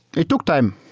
it took time.